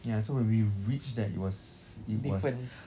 ya so when we reached there it was it was